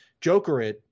Jokerit